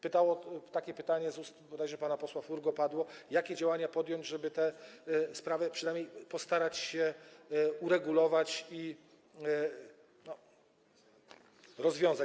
Pytano, takie pytanie z ust bodajże pana posła Furgo padło, jakie działania podjąć, żeby te sprawy przynajmniej postarać się uregulować i rozwiązać.